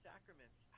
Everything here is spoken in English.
sacraments